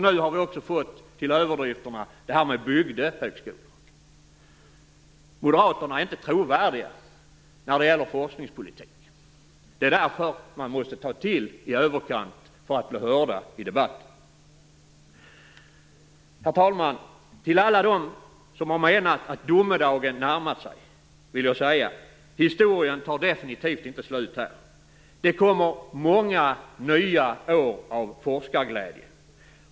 Nu har vi också till dessa överdrifter fått talet om bygdehögskolor. Moderaterna är inte trovärdiga när det gäller forskningspolitiken. Det är därför de måste ta till i överkant för att bli hörda i debatten. Herr talman! Till alla dem som har menat att domedagen närmar sig vill jag säga att historien definitivt inte tar slut här. Det kommer många nya år av forskarglädje.